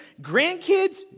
grandkids